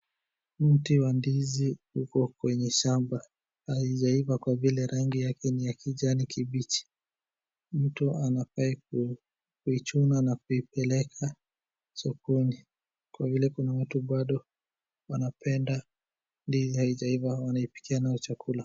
Mti wa ndizi uko kwenye shamba. Haijaiva kwa vile rangi yake ni ya kijani kimbichi. Mtu anafaa kuichuna na kuipeleka sokoni kwa vile kuna watu bado wanapenda ndizi haijaiva wainapikia nayo chakula.